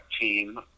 team